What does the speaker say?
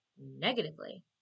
negatively